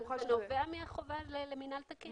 זה נובע מהחובה למינהל תקין.